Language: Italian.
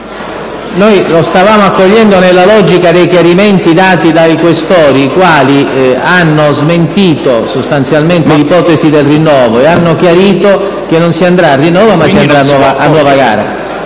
Lo stavamo accogliendo nella logica dei chiarimenti espressi dai senatori Questori, i quali hanno smentito sostanzialmente l'ipotesi del rinnovo e hanno chiarito che non si andrà al rinnovo, ma si procederà ad una gara.